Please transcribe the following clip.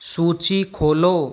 सूची खोलो